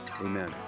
Amen